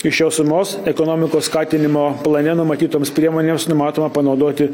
iš šios sumos ekonomikos skatinimo plane numatytoms priemonėms numatoma panaudoti